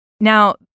Now